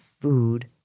food